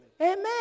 Amen